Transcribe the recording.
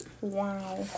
Wow